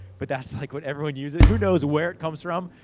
but that's, like, what everyone uses. who knows where it comes from.